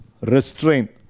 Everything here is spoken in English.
restraint